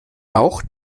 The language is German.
auch